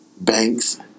Banks